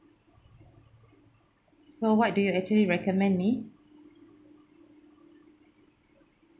so what do you actually recommend me